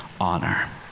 honor